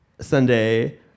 Sunday